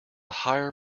hire